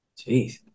Jeez